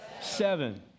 Seven